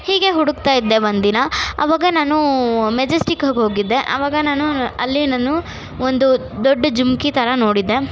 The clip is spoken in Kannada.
ಹೀಗೆ ಹುಡುಕ್ತಾಯಿದ್ದೆ ಒಂದಿನ ಆವಾಗ ನಾನೂ ಮೆಜೆಸ್ಟಿಕಗೆ ಹೋಗಿದ್ದೆ ಆವಾಗ ನಾನು ಅಲ್ಲಿ ನಾನು ಒಂದು ದೊಡ್ಡ ಜುಮಕಿ ಥರ ನೋಡಿದ್ದೆ